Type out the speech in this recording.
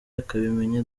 akabimenya